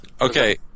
Okay